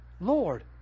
Lord